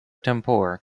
tempore